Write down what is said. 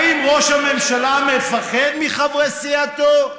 האם ראש הממשלה מפחד מחברי סיעתו?